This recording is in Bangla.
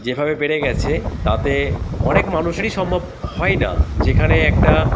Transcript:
যেভাবে বেড়ে গেছে তাতে অনেক মানুষেরই সম্ভব হয় না যেখানে একটা